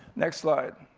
next slide.